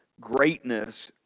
greatness